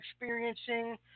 experiencing